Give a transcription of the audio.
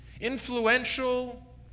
influential